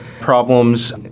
problems